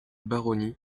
baronnies